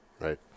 right